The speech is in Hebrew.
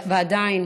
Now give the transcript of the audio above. ועדיין